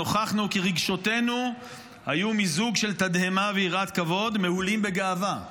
נוכחנו כי רגשותינו היו מיזוג של תדהמה ויראת כבוד מהולים בגאווה